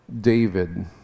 David